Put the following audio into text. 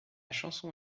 chanson